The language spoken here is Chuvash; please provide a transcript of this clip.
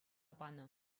панӑ